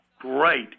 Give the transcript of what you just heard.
great